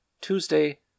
Tuesday